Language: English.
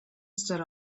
stood